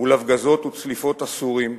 מול הפגזות וצליפות הסורים,